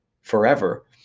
forever